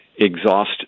exhaust